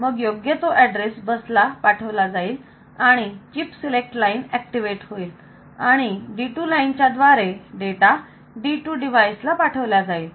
मग योग्य तो ऍड्रेस बसला पाठवला जाईल आणि चीप सिलेक्ट लाईन ऍक्टिव्हेट होईल आणि D2 लाईन च्या द्वारे डेटा D2 डिवाइस ला पाठवल्या जाईल